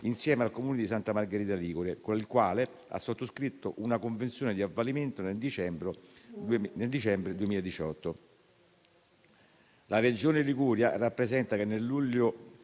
insieme al Comune di Santa Margherita Ligure, con il quale ha sottoscritto una convenzione di avvalimento nel dicembre 2018. La Regione Liguria rappresenta che nel luglio